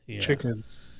chickens